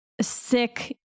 sick